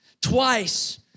twice